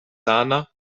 sana